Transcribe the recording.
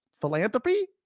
philanthropy